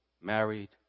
married